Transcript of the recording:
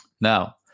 Now